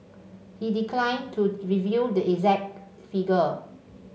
he declined to reveal the exact figure